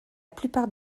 plupart